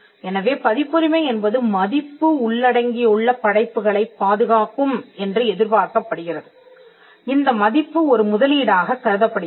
எனவே பதிப்புரிமை என்பது மதிப்பு உள்ளடங்கியுள்ள படைப்புகளைப் பாதுகாக்கும் என்று எதிர்பார்க்கப்படுகிறது இந்த மதிப்பு ஒரு முதலீடாகக் கருதப்படுகிறது